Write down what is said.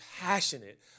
passionate